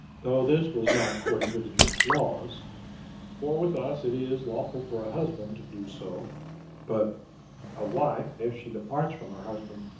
though this was not according to the jewish laws for with us it is lawful for a husband to do so but a wife if she departs from her husband,